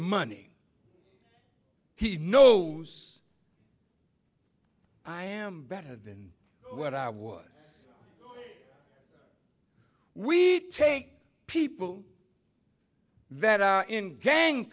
money he knows i am better than where i was we take people that are in gang